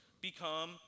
become